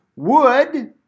Wood